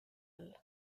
all